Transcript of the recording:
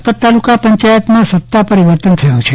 લખપત તાલુકા પંચાયતમાં સત્તા પરિવર્તન થયું છે